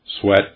sweat